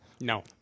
No